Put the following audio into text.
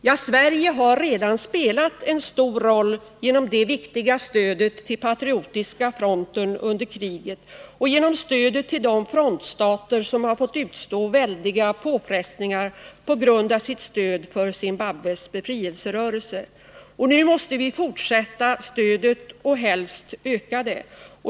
Ja, Sverige har redan spelat en stor roll genom det viktiga stödet till Patriotiska fronten under kriget och genom stödet till de frontstater som fått utstå väldiga påfrestningar på grund av sitt stöd för Zimbabwes befrielserörelser. Nu måste stödet fortsätta och helst öka.